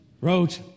wrote